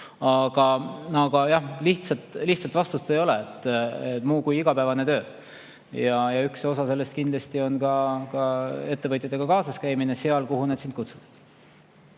jah, lihtsat vastust ei ole muud kui igapäevane töö. Üks osa sellest kindlasti on ka ettevõtjatega kaasaskäimine seal, kuhu nad mind on kutsunud.